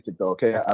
okay